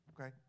Okay